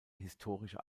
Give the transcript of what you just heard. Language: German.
historische